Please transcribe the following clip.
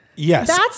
Yes